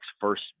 first